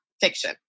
fiction